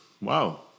Wow